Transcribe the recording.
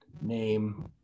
name